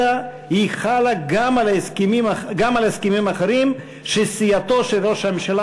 אלא הן חלות גם על ההסכמים האחרים שסיעתו של ראש הממשלה